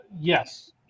Yes